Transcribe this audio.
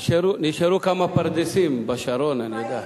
נשארו כמה פרדסים בשרון, אני יודע.